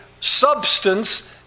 substance